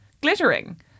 glittering